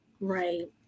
Right